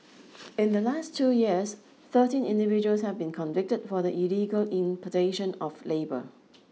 in the last two years thirteen individuals have been convicted for the illegal importation of labour